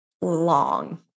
long